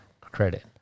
credit